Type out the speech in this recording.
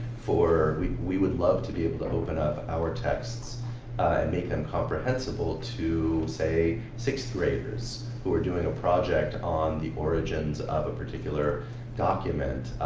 we we would love to be able to open up our texts and make them comprehensible to, say, sixth-graders who are doing a project on the origins of a particular document.